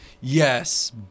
Yes